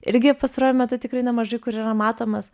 irgi pastaruoju metu tikrai nemažai kur yra matomas